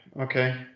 Okay